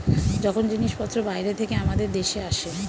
যখন জিনিসপত্র বাইরে থেকে আমাদের দেশে আসে